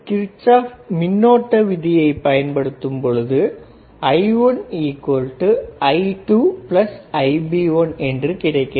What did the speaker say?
Kirchhoff மின்னோட்ட விதியை பயன்படுத்தும்போது I1I2Ib1 என்று கிடைக்கிறது